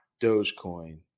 Dogecoin